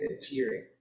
cheering